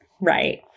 right